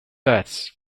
deaths